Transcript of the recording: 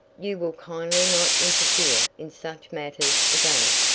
you will kindly not interfere in such matters again.